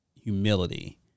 humility